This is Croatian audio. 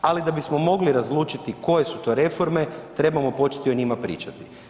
Ali da bismo mogli razlučiti koje su to reforme, trebamo početi o njima pričati.